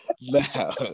Now